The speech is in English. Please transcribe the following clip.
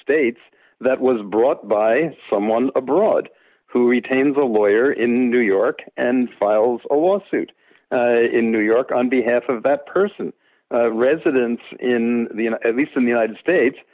states that was brought by someone abroad who retained a lawyer in new york and files a lawsuit in new york on behalf of that person residence in the least in the united states